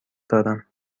دارم